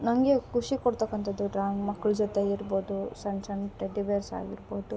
ನಂಗೆ ಖುಷಿ ಕೊಡ್ತಕಂಥದ್ದು ಡ್ರಾಯಿಂಗ್ ಮಕ್ಳ ಜೊತೆ ಇರ್ಬೌದು ಸಣ್ಣ ಸಣ್ಣ ಟೆಡಿ ಬೇರ್ಸ್ ಆಗಿರ್ಬೌದು